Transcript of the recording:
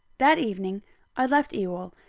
that evening i left ewell,